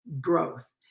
growth